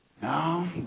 No